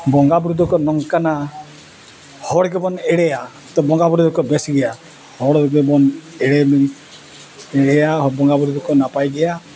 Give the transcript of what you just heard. ᱵᱚᱸᱜᱟ ᱵᱩᱨᱩ ᱫᱚᱠᱚ ᱱᱚᱝᱠᱟᱱᱟ ᱦᱚᱲ ᱜᱮᱵᱚᱱ ᱮᱲᱮᱭᱟ ᱛᱚ ᱵᱚᱸᱜᱟ ᱵᱩᱨᱩ ᱫᱚᱠᱚ ᱵᱮᱥ ᱜᱮᱭᱟ ᱦᱚᱲ ᱜᱮᱵᱚᱱ ᱮᱲᱮ ᱮᱲᱮᱭᱟ ᱵᱚᱸᱜᱟ ᱵᱩᱨᱩ ᱫᱚᱠᱚ ᱱᱟᱯᱟᱭ ᱜᱮᱭᱟ